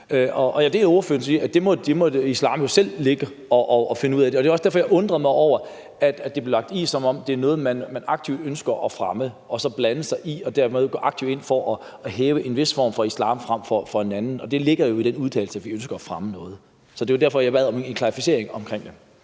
andet. Som ordføreren siger, må islam jo selv finde ud af det, og det var også derfor, jeg undrede mig over, at det blev lagt frem, som om det var noget, man aktivt ønsker at fremme, og at man dermed blander sig i og aktivt går ind i at fremhæve én form for islam frem for en anden. Det ligger jo i den udtalelse om, at man ønsker at fremme noget. Så det var derfor, jeg bad om en klarificering af det.